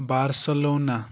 Barcelona